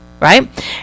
right